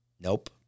nope